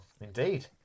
indeed